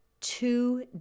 two